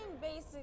basic